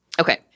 Okay